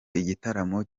igitaramo